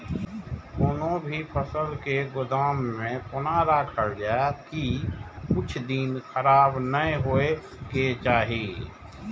कोनो भी फसल के गोदाम में कोना राखल जाय की कुछ दिन खराब ने होय के चाही?